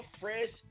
fresh